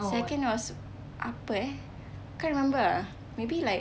second was apa eh can't remember ah maybe like